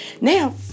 Now